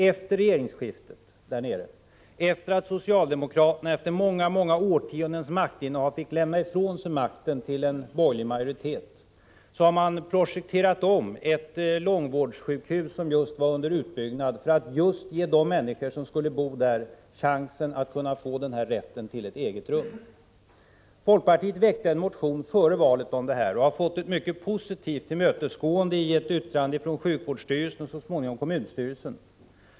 Efter regeringsskiftet där nere har man, sedan socialdemokraterna efter många årtiondens maktinnehav fått lämna ifrån sig makten till en borgerlig majoritet, projekterat om ett långvårdssjukhus som just var under utbyggnad, för att ge just de människor som skulle bo där chansen att få rätt till ett eget rum. Folkpartiet väckte en motion om det här före valet, och det har blivit ett mycket positivt tillmötesgående i ett yttrande från sjukvårdsstyrelsen, och så småningom också från kommunstyrelsen.